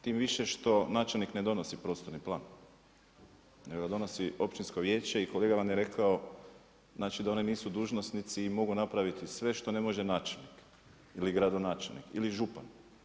Tim više što načelnik ne donosi prostorni plan nego donosi općinsko vijeće i kolega vam je rekao znači da oni nisu dužnosnici i mogu napraviti sve što ne može načelnik ili gradonačelnik ili župan.